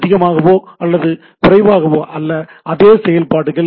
அதிகமாகவோ அல்லது குறைவாகவோ அல்ல அதே செயல்பாடுகள்